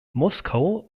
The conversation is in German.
moskau